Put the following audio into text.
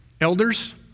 Elders